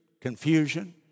confusion